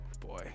boy